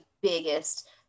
biggest